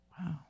Wow